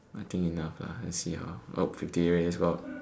I think enough lah I see how now is fifty eight already let's go out